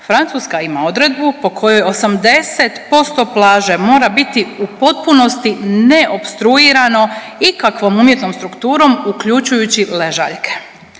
Francuska ima odredbu po kojoj 80% plaže mora biti u potpunosti neopstruirano ikakvom umjetnom strukturom, uključujući ležaljke.